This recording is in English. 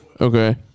Okay